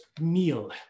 meal